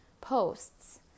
posts